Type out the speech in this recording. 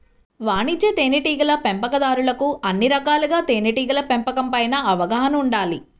వాణిజ్య తేనెటీగల పెంపకందారులకు అన్ని రకాలుగా తేనెటీగల పెంపకం పైన అవగాహన ఉండాలి